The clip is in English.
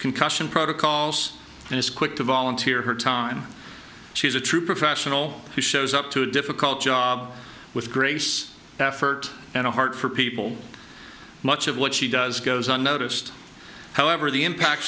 concussion protocols and is quick to volunteer her time she is a true professional who shows up to a difficult job with grace effort and a heart for people much of what she does goes unnoticed however the impact